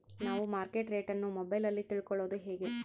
ನಾವು market rate ಅನ್ನು ಮೊಬೈಲಲ್ಲಿ ತಿಳ್ಕಳೋದು ಹೇಗೆ?